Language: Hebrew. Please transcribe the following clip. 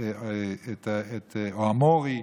או המורי,